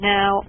Now